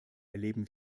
erleben